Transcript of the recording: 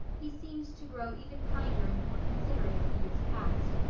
he seemed to grow even kinder and more considerate as the years passed.